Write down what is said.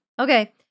Okay